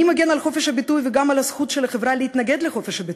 אני מגן על חופש הביטוי וגם על הזכות של החברה להתנגד לחופש הביטוי,